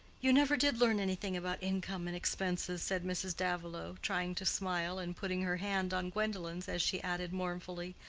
you never did learn anything about income and expenses, said mrs. davilow, trying to smile, and putting her hand on gwendolen's as she added, mournfully,